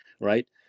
right